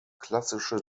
klassische